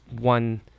one